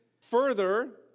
further